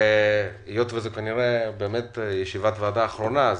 היות וזו כנראה ישיבת ועדה אחרונה,